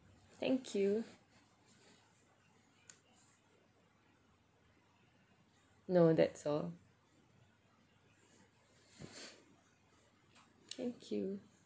thank you no that's all thank you